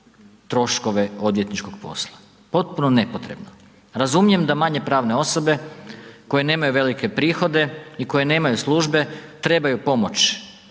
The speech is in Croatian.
troškove odvjetničkog posla. Potpuno nepotrebno. Razumijem da manje pravne osobe koje nemaju velike prihode i koje nemaju službe trebaju pomoć,